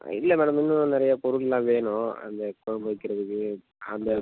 இல்லை மேடம் இன்னும் நிறையா பொருள்லாம் வேணும் அந்தக் குழம்பு வைக்கிறதுக்கு அந்த